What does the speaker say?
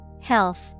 Health